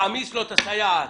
תעמיס לו את הסייעת.